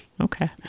okay